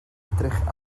edrych